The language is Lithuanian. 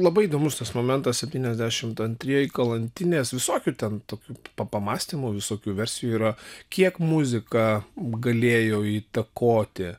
labai įdomus tas momentas septyniasdešimt antrieji kalantinės visokių ten tokių pa pamąstymų visokių versijų yra kiek muzika galėjo įtakoti